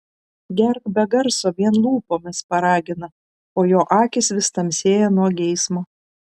gerk be garso vien lūpomis paragina o jo akys vis tamsėja nuo geismo